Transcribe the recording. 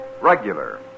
regular